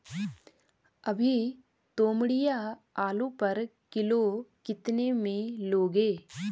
अभी तोमड़िया आलू पर किलो कितने में लोगे?